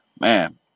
Man